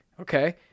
Okay